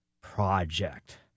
Project